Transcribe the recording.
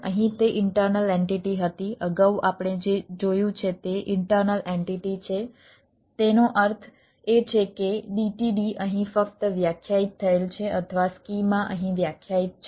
અહીં તે internal entity હતી અગાઉ આપણે જે જોયું છે તે ઇન્ટર્નલ એન્ટિટી છે તેનો અર્થ એ છે કે DTD અહીં ફક્ત વ્યાખ્યાયિત થયેલ છે અથવા સ્કીમા અહીં વ્યાખ્યાયિત છે